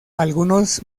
algunos